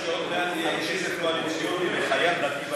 תבקשו כסף קואליציוני לחייל דתי בצבא.